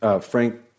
Frank